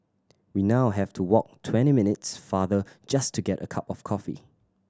we now have to walk twenty minutes farther just to get a cup of coffee